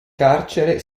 carcere